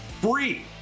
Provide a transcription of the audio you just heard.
Free